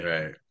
Right